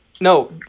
No